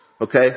Okay